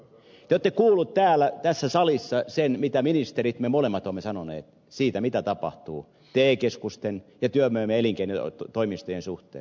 te olette kuullut tässä salissa sen mitä ministerit me molemmat olemme sanoneet siitä mitä tapahtuu te keskusten ja työvoima ja elinkeinotoimistojen suhteen